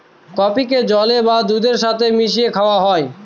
কফিকে জলের বা দুধের সাথে মিশিয়ে খাওয়া হয়